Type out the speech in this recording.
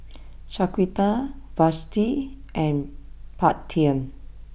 Shaquita Vashti and Paityn